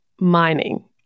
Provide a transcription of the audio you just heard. mining